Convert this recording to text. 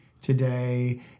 today